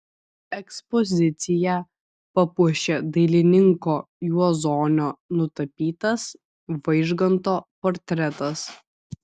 ekspoziciją papuošė dailininko juozonio nutapytas vaižganto portretas